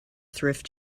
thrift